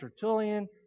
Tertullian